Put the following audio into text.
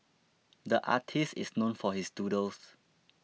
the artist is known for his doodles